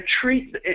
treat